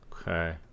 Okay